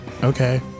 Okay